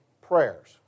prayers